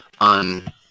On